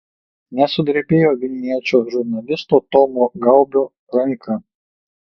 nesudrebėjo vilniečio žurnalisto tomo gaubio ranka